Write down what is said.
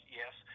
yes